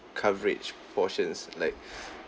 coverage portions like